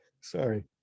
sorry